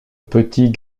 petit